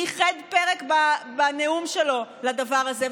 ייחד פרק בנאום שלו לדבר הזה,